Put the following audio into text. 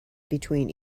between